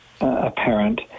apparent